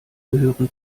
gehören